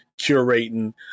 curating